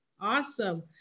Awesome